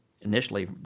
Initially